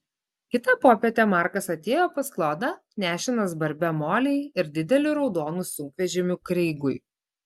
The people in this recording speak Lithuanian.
kitą popietę markas atėjo pas klodą nešinas barbe molei ir dideliu raudonu sunkvežimiu kreigui